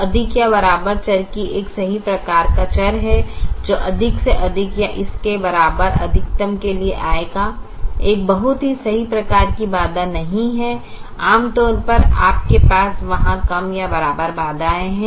तो अधिक या बराबर चर एक सही प्रकार का चर है जो अधिक से अधिक या इसके बराबर अधिकतम के लिए आएगा एक बहुत ही सही प्रकार की बाधा नहीं है आमतौर पर आपके पास वहाँ कम या बराबर बाधाए है